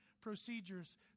procedures